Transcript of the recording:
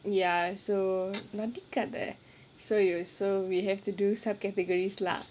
ya so நடிக்காத:nadikkaatha so ya so we have to do sub categories lah